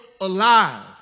alive